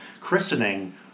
christening